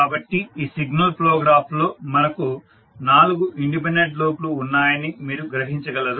కాబట్టి ఈ signal flow గ్రాఫ్లో మనకు నాలుగు ఇండిపెండెంట్ లూప్ లు ఉన్నాయని మీరు గ్రహించగలరు